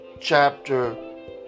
chapter